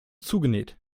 zugenäht